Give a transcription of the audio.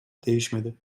değişmedi